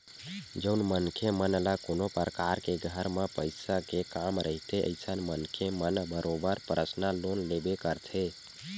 जउन मनखे मन ल कोनो परकार के घर म पइसा के काम रहिथे अइसन मनखे मन ह बरोबर परसनल लोन लेबे करथे